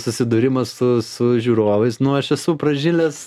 susidūrimas su žiūrovais nu aš esu pražilęs